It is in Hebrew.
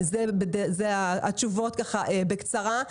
זה התשובות בקצרה.